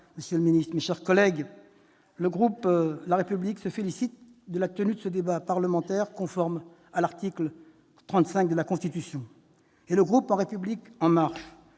Monsieur le ministre, mes chers collègues, le groupe La République En Marche se félicite de la tenue de ce débat parlementaire, conforme à l'article 35 de la Constitution. Il soutient le Gouvernement dans